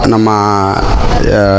Nama